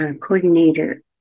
coordinator